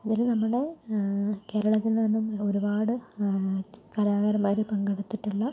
ഇതിൽ നമ്മുടെ കേരളത്തിൽ നിന്നും ഒരുപാട് കലാകാരന്മാർ പങ്കെടുത്തിട്ടുള്ള